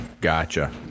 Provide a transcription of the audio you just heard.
gotcha